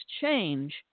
change